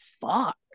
fuck